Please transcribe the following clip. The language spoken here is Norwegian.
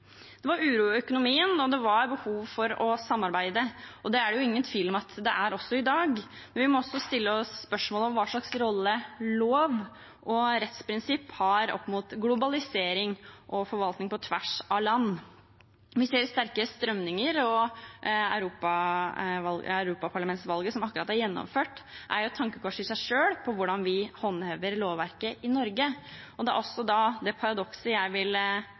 Det var uro i økonomien, og det var behov for å samarbeide. Det er det jo ingen tvil om at det er også i dag, men vi må stille oss spørsmålet om hvilken rolle lover og rettsprinsipper spiller opp mot globalisering og forvaltning på tvers av land. Vi ser sterke strømninger, og europaparlamentsvalget som akkurat er gjennomført, er et tankekors i seg selv med hensyn til hvordan vi håndhever lovverket i Norge. Det er også det paradokset jeg vil